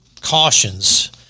cautions